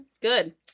Good